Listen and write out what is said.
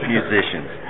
Musicians